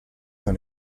dans